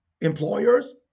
employers